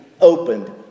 opened